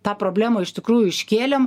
tą problemą iš tikrųjų iškėlėm